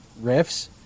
riffs